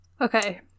Okay